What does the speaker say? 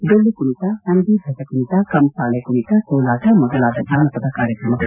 ಡೊಳ್ಳು ಕುಣಿತ ನಂದಿ ದ್ವಜ ಕುಣಿತ ಕಂಸಾಳೆ ಕುಣಿತ ಕೋಲಾಟ ಮೊದಲಾದ ಜಾನಪದ ಕಾರ್ಯಕ್ರಮಗಳು